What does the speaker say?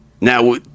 Now